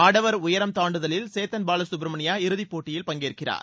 ஆடவர் உயரம் தாண்டுதலில் சேத்தன் பாலசுப்ரமணியா இறுதிப் போட்டியில் பங்கேற்கிறார்